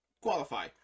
Qualify